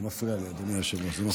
זה מפריע לי, אדוני היושב-ראש, זה מפריע.